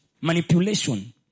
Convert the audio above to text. manipulation